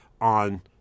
on